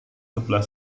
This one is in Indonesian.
sebelah